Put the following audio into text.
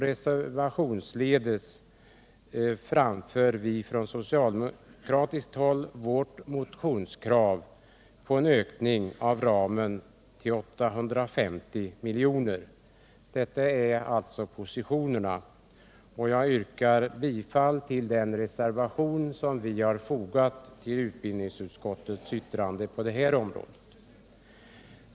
I reservationen framför vi socialdemokrater vårt motionskrav på en ökning av ramen till 850 milj.kr. Detta är alltså positionerna. Jag yrkar bifall till den reservation som jag fogat till utbildningsutskottets betänkande.